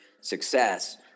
success